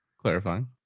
clarifying